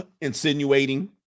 Insinuating